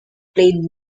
played